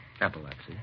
Epilepsy